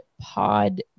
pod